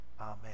Amen